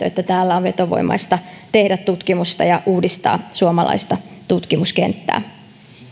että täällä on vetovoimaista tehdä tutkimusta ja uudistaa suomalaista tutkimuskenttää